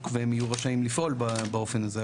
והם יהיו רשאים להמשיך לפעול באופן הזה,